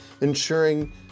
ensuring